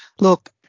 Look